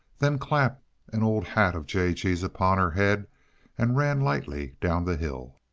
then clapped an old hat of j. g s upon her head and ran lightly down the hill.